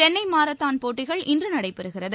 Chennai marathon போட்டிகள் இன்று நடைபெறுகிறது